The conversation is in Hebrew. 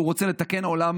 הוא רוצה לתקן עולם